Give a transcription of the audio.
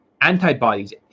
antibodies